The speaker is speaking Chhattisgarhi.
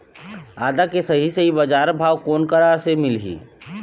आदा के सही सही बजार भाव कोन करा से मिलही?